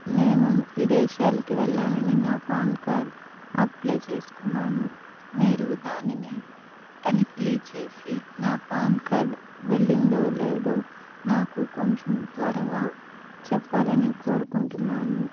నేను విదేశాలకి వెళ్ళాలని నా పాన్ కార్డ్ అప్లయ్ చేసుకున్నాను మీరు దానిని తనిఖీలి చేసి నా పాన్ కార్డ్ వెళ్ళిందో లేదో నాకు కొంచెం త్వరగా చెప్పాలని కోరుకుంటున్నాను